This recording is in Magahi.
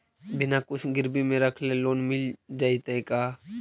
बिना कुछ गिरवी मे रखले लोन मिल जैतै का?